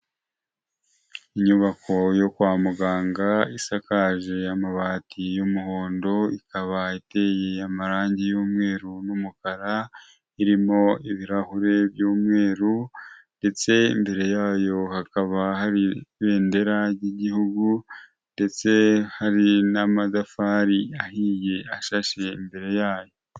Inyubako yo kwa muganga isakaje amabati y'umuhondo, ikaba iteye amarangi y'umweru n'umukara, irimo ibirahure by'umweru ndetse imbere yayo hakaba hari ibendera ry'igihugu, ndetse hari n'amatafari ahiye ashashe imbere yayo.